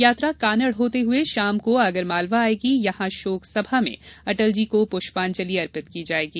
यात्रा कानड़ होते हुए शाम को आगरमालवा आएगी यहां शोकसभा में अटलजी को पुष्पांजली अर्पित की जाएगी